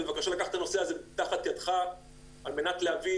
בבקשה לקחת את הנושא הזה תחת ידיך כדי להביא